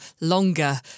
longer